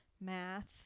math